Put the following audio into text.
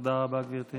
תודה רבה, גברתי.